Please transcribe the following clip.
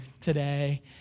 today